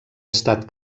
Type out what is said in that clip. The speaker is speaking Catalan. estat